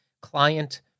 client